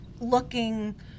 looking